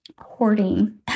Hoarding